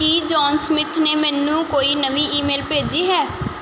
ਕੀ John Smith ਨੇ ਮੈਨੂੰ ਕੋਈ ਨਵੀਂ ਈਮੇਲ ਭੇਜੀ ਹੈ